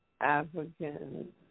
African